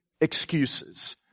excuses